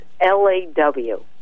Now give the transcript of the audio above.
L-A-W